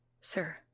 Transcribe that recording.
sir